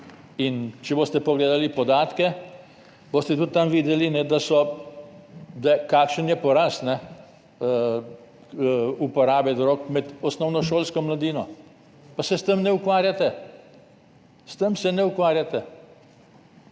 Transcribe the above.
Če boste pogledali podatke, boste tudi tam videli, kakšen je porast uporabe drog med osnovnošolsko mladino, pa se s tem ne ukvarjate. S tem se ne ukvarjate!